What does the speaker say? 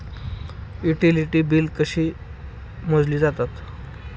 Utility बिले कशी मोजली जातात?